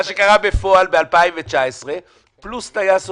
מה שקרה בפועל ב-2019 פלוס טייס אוטומטי,